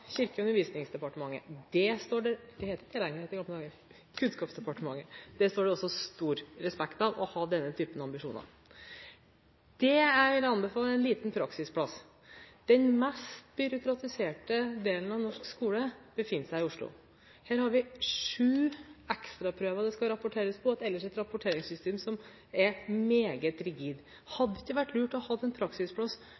kirke- og undervisningsdepartementet – det heter ikke det lenger, det het det i gamle dager – jeg mener Kunnskapsdepartementet. Det står det også stor respekt av, å ha denne typen ambisjoner. Det jeg vil anbefale, er en liten praksisplass. Den mest byråkratiserte delen av norsk skole befinner seg i Oslo. Her har vi sju ekstraprøver det skal rapporteres om, og ellers et rapporteringssystem som er meget rigid.